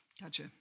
Gotcha